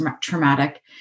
traumatic